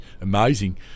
amazing